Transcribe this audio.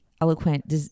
eloquent